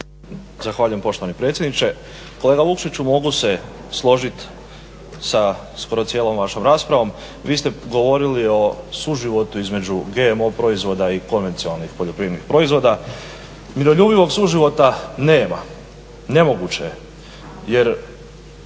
Zahvaljujem poštovani predsjedniče. Kolega Vukšiću mogu se složit sa skoro cijelom vašom raspravom. Vi ste govorili o suživotu između GMO proizvoda i konvencionalnih poljoprivrednih proizvoda. Miroljubivog suživota nema, nemoguće je.